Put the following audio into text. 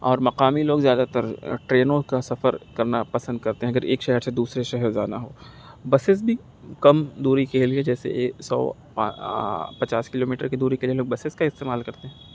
اور مقامی لوگ زیادہ تر ٹرینوں کا سفر کرنا پسند کرتے ہیں اگر ایک شہر سے دوسرے شہر جانا ہو بسیز بھی کم دوری کے لیے جیسے سو پچاس کلو میٹر کی دوری کے لیے لوگ بسیز کا استعمال کرتے ہیں